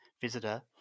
visitor